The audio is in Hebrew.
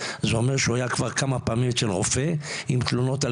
זה אומר שהוא היה כבר כמה פעמים אצל רופא עם תלונות על